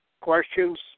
questions